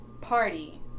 party